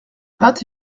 vingt